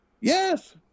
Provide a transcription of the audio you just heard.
Yes